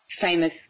famous